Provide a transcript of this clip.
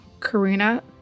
Karina